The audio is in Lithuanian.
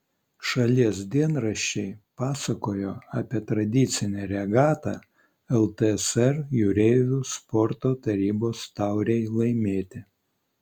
šalies dienraščiai pasakojo apie tradicinę regatą ltsr jūreivių sporto tarybos taurei laimėti